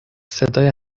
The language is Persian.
صدای